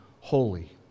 holy